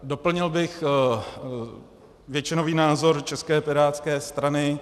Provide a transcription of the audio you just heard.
Doplnil bych většinový názor České pirátské strany.